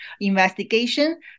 Investigation